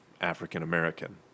African-American